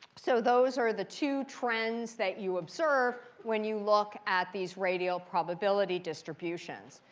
so those are the two trends that you observe when you look at these radial probability distributions.